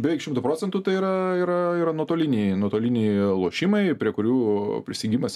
beveik šimtu procentų tai yra yra yra nuotoliniai nuotoliniai lošimai prie kurių prisijungimas